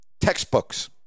textbooks